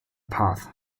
path